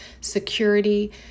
security